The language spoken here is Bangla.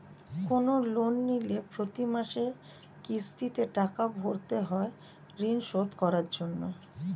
কোন লোন নিলে প্রতি মাসে কিস্তিতে টাকা ভরতে হয় ঋণ শোধ করার জন্য